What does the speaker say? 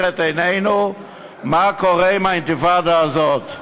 את עינינו מה קורה עם האינתיפאדה הזאת?